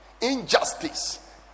injustice